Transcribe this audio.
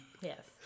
Yes